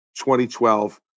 2012